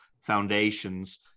foundations